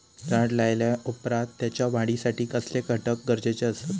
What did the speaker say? झाड लायल्या ओप्रात त्याच्या वाढीसाठी कसले घटक गरजेचे असत?